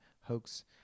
hoax